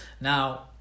Now